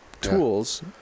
tools